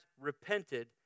repented